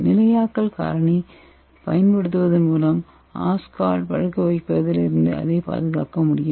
நிலையாக்கல் காரணியை பயன்படுத்துவதன் மூலம் ஓஸ்வால்ட் பழுக்க வைப்பதில் இருந்து அதைப் பாதுகாக்க முடியும்